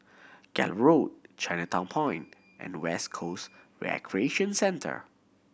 Gallop Road Chinatown Point and West Coast Recreation Centre